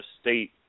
State